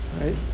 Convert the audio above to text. right